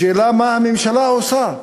השאלה מה הממשלה עושה.